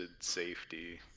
safety